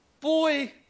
boy